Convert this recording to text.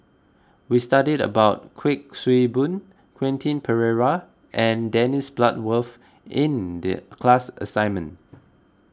we studied about Kuik Swee Boon Quentin Pereira and Dennis Bloodworth in the class assignment